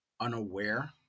unaware